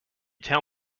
tell